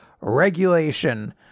regulation